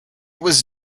was